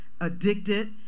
addicted